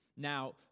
Now